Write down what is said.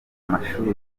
mashuri